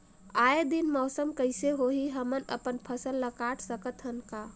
आय दिन मौसम कइसे होही, हमन अपन फसल ल काट सकत हन का?